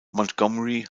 montgomery